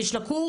יש לה קורס?